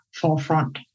forefront